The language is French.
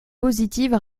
positive